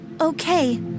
Okay